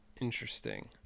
Interesting